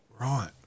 Right